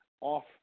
off